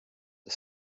the